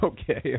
Okay